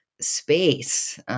space